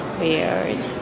weird